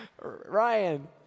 Ryan